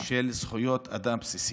של זכויות אדם בסיסיות.